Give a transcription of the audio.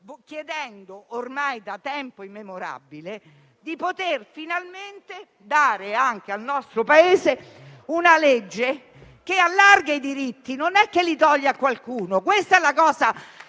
chiedendo, ormai da tempo immemorabile, di poter finalmente dare anche al nostro Paese una legge che allarga i diritti. Non è una legge che li toglie a qualcuno: